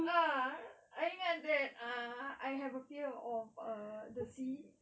ah I ingat that ah I have a fear of uh the sea